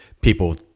people